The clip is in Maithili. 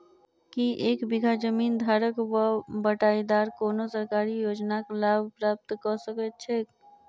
की एक बीघा जमीन धारक वा बटाईदार कोनों सरकारी योजनाक लाभ प्राप्त कऽ सकैत छैक?